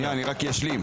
שנייה, אני רק אשלים.